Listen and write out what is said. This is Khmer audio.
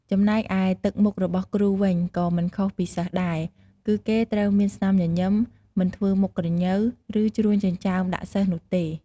ចំណែកឯទឹកមុខរបស់គ្រូវិញ ក៏មិនខុសពីសិស្សដែរ គឺគេត្រូវមានស្នាមញញឹម មិនធ្វើមុខក្រញ៉ូវ ឬ ជ្រួញចិញ្ចើមដាក់សិស្សនោះទេ។